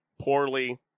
poorly